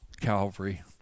Calvary